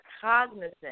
cognizant